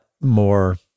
more